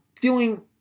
feeling